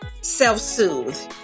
self-soothe